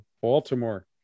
Baltimore